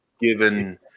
given